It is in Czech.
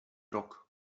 rok